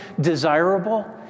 desirable